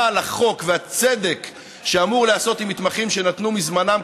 שאמונה על החוק והצדק שאמור להיעשות עם מתמחים שנתנו מזמנם,